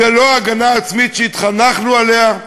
זו לא ההגנה העצמית שהתחנכנו עליה,